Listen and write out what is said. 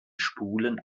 spulen